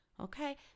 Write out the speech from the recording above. Okay